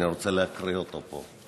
אני רוצה להקריא אותו פה.